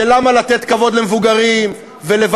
של למה לתת כבוד למבוגרים ולוותיקים.